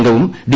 അംഗവും ഡി